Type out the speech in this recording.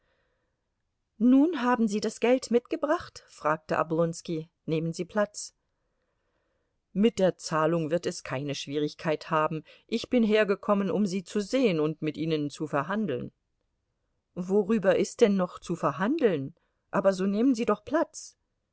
nun haben sie das geld mitgebracht fragte oblonski nehmen sie platz mit der zahlung wird es keine schwierigkeit haben ich bin hergekommen um sie zu sehen und mit ihnen zu verhandeln worüber ist denn noch zu verhandeln aber so nehmen sie doch platz